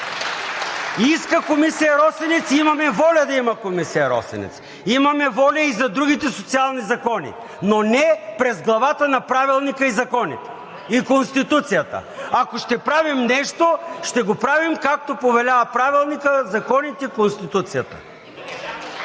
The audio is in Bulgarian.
Искаме Комисия „Росенец“! Имаме воля да има Комисия „Росенец“. Имаме воля и за другите социални закони, но не през главата на Правилника, законите и Конституцията. Ако ще правим нещо, ще го правим, както повелява Правилникът, законите и Конституцията.